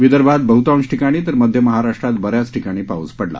विदर्भात बह्तांश ठिकाणी तर मध्य महाराष्ट्रात बऱ्याच ठिकाणी पाऊस पडला